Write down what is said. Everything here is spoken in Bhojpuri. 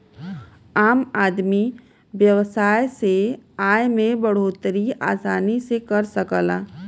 आम आदमी व्यवसाय से आय में बढ़ोतरी आसानी से कर सकला